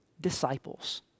disciples